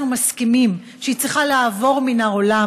מסכימים שהיא צריכה לעבור מן העולם,